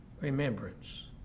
remembrance